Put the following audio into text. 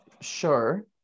sure